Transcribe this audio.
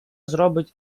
зробить